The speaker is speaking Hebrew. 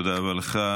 תודה רבה לך.